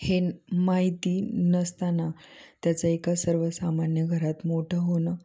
हे माहिती नसताना त्याचं एका सर्वसामान्य घरात मोठं होणं